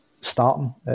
starting